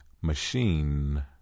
machine